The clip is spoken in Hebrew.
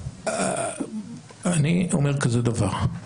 אני אומר כזה דבר,